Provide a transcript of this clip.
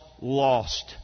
lost